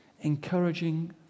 encouraging